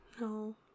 No